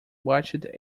watched